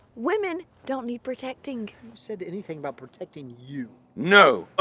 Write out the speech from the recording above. women don't need protecting. who said anything about protecting you? no, ah